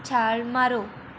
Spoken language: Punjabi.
ਛਾਲ ਮਾਰੋ